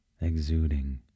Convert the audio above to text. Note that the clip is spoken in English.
exuding